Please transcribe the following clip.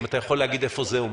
האם תוכל להגיד איפה זה עומד?